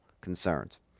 concerns